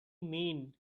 mean